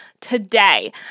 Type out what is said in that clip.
today